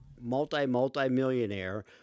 multi-multi-millionaire